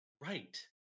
right